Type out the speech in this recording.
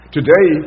Today